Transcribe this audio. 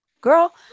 girl